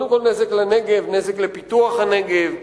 נזק לפיתוח הנגב.